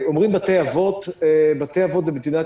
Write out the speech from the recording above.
אומרים בתי אבות בתי אבות במדינת